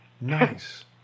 Nice